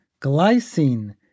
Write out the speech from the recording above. glycine